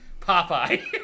Popeye